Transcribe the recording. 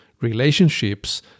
Relationships